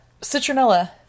citronella